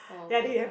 oh-my-god